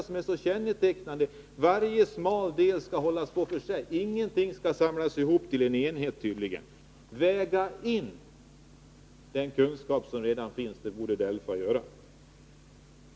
Det är så typiskt att varje del hålls för sig, ingenting skall tydligen samlas ihop till en enhet. DELFA borde väga in den kunskap som redan finns.